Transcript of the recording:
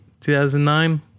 2009